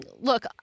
Look